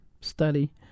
study